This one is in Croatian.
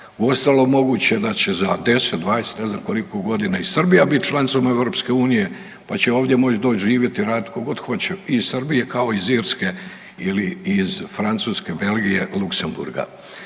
Uostalom, moguće da će 10, 20 ili ne znam koliko godina i Srbija biti članicom EU pa će ovdje moći doći živjeti i raditi tko god hoće i iz Srbije, kao iz Irske ili iz Francuske, Belgije, Luksemburga.